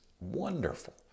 wonderful